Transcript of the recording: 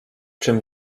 czym